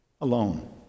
alone